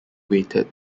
weighted